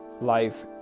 life